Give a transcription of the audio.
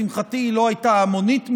לשמחתי, היא לא הייתה המונית מדי.